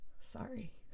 sorry